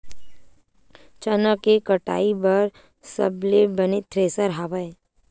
चना के कटाई बर सबले बने थ्रेसर हवय?